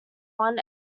one